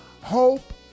Hope